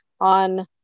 on